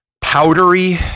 powdery